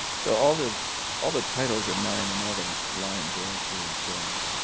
so all the all the titles are mine, and all the lines are actually joe's.